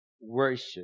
worship